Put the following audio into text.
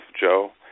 Joe